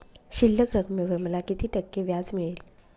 शिल्लक रकमेवर मला किती टक्के व्याज मिळेल?